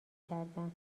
کردن